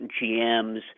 GMs